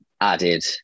added